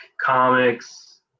comics